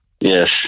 Yes